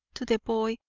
to the boy,